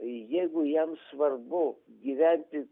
jeigu jam svarbu gyventi